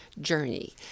journey